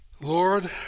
Lord